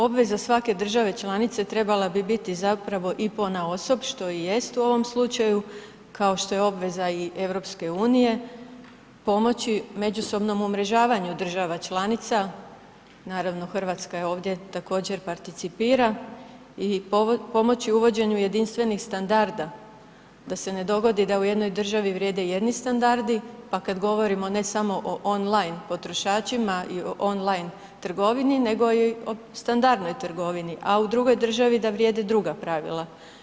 Obveza svake države članice trebala bi biti zapravo i ponaosob što i jest u ovom slučaju kao što je obveza i EU, pomoći međusobnom umrežavanju država članica, naravno Hrvatska je ovdje također participira i pomoću uvođenju jedinstvenih standarda da se ne dogodi da u jednoj državi vrijede jedni standardi, pa kad govorimo ne samo o on line potrošačima i o on line trgovini nego i o standardnoj trgovini, a u drugoj državi da vrijede druga pravila.